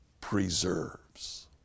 preserves